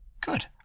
Good